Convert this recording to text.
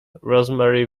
rosemary